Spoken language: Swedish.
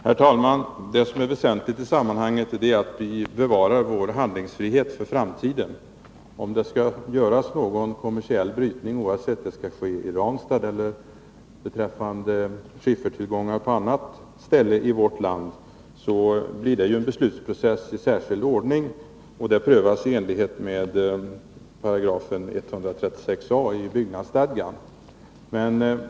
Herr talman! Det väsentliga i sammanhanget är att vi bevarar vår handlingsfrihet för framtiden. Om någon kommersiell brytning skall göras blir det ju en beslutsprocess i särskild ordning, oavsett om brytningen sker i Ranstad eller, beträffande skiffertillgångar, på annat ställe i vårt land. Det prövas i enlighet med 136 a § byggnadsstadgan.